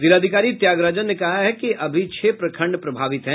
जिलाधिकारी त्यागराजन ने कहा है कि अभी छह प्रखंड प्रभावित हैं